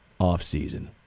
offseason